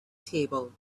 table